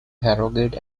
harrogate